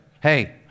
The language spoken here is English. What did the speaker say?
hey